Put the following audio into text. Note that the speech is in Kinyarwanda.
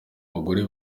bagore